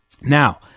Now